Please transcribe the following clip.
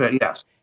Yes